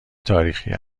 تاریخی